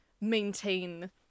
maintain